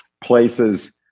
places